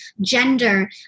gender